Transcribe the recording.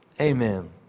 Amen